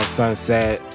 sunset